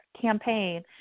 campaign